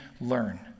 learn